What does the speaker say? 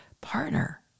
partner